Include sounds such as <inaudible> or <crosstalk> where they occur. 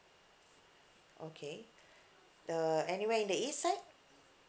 okay <breath> the anywhere in the east side